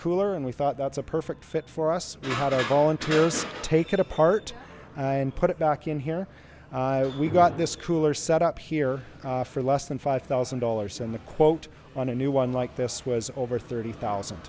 cooler and we thought that's a perfect fit for us how to call interiors take it apart and put it back in here we got this cooler set up here for less than five thousand dollars and the quote on a new one like this was over thirty thousand